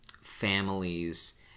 families